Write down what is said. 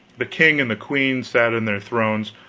the king and the queen sat in their thrones,